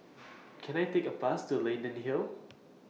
Can I Take A Bus to Leyden Hill